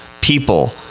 people